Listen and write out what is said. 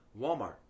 Walmart